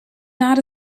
not